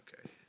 Okay